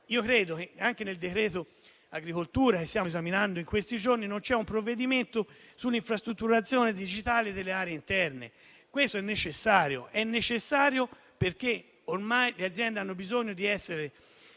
forma digitale. Anche nel decreto agricoltura che stiamo esaminando in questi giorni non c'è una norma sull'infrastrutturazione digitale delle aree interne. Questo è necessario, perché ormai le aziende hanno bisogno di essere